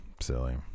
Silly